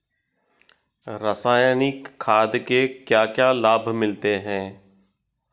रसायनिक खाद के क्या क्या लाभ मिलते हैं?